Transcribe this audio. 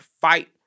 fight